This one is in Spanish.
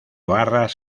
barras